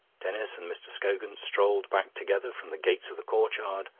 denis and mr. scogan strolled back together from the gates of the courtyard,